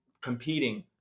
competing